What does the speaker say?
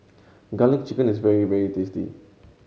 Garlic Chicken is very very tasty